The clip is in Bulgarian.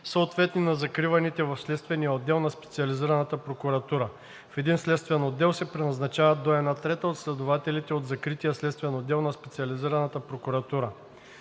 съответни на закриваните в Следствения отдел на Специализираната прокуратура. В един следствен отдел се преназначават до една трета от следователите от закрития следствен отдел на Специализираната прокуратура.